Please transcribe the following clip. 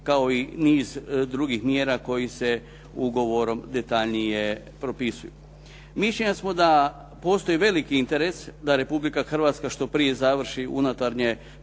kao i niz drugih mjera koji se ugovorom detaljnije propisuju. Mišljenja smo da postoji veliki interes da Republika Hrvatska što prije završi unutarnje